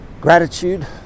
Gratitude